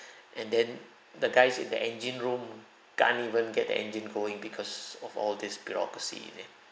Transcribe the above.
and then the guys in the engine room can't even get the engine going because of all this bureaucracy in it